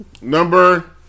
number